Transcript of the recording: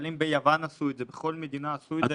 אבל אם ביוון עשו את זה ובכל מדינה עשו את זה,